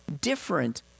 different